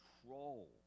control